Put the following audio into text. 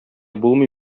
булмый